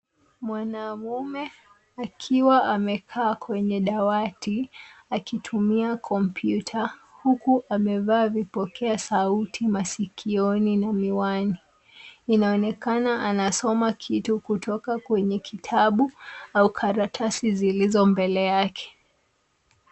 Mwanaume akiwa amekaa kwenye dawati, akitumia kompyuta, huku amevaa vipokea sauti masikioni, na miwani. Inaonekana anasoma kitu kutoka kwenye kitabu au karatasi zilizo mbele yake.